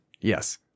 Yes